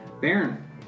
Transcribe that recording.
Baron